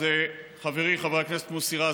אז חברי חבר הכנסת מוסי רז,